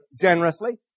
generously